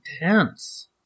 intense